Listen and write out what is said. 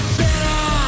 better